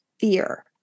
fear